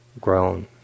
grown